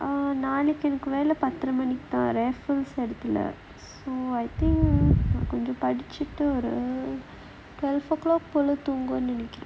நாளைக்கு எனக்கு வேலை பத்தர மணிக்கு தான்:naalaiku enakku velai pathara manikku thaan err இடத்துல:idaththula I think நான் கொஞ்சம் படிச்சிட்டு வருவேன்:naan konjam padichchittu varuvaen twelve O clock போல தூங்குவேன்:pola thoonguvaen